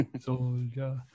Soldier